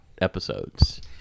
episodes